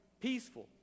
peaceful